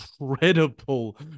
incredible